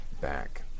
back